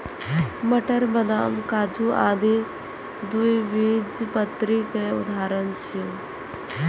मटर, बदाम, काजू आदि द्विबीजपत्री केर उदाहरण छियै